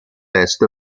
est